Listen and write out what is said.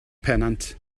pennant